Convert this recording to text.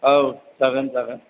औ जागोन जागोन